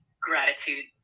gratitude